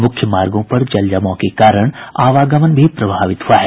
मुख्य मार्गों पर जलजमाव के कारण आवागमन भी प्रभावित हुआ है